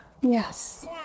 Yes